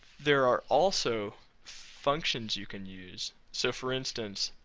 there are also functions you can use. so, for instance,